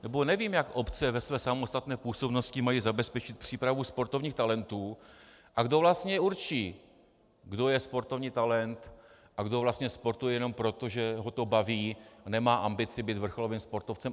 Nebo nevím, jak obce ve své samostatné působnosti mají zabezpečit přípravu sportovních talentů, a kdo vlastně určí, kdo je sportovní talent a kdo vlastně sportuje jenom proto, že ho to baví, a nemá ambici být vrcholovým sportovcem.